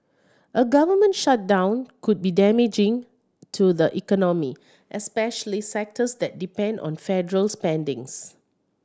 a government shutdown could be damaging to the economy especially sectors that depend on federal spending's